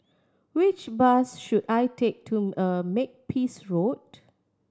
which bus should I take to Makepeace Road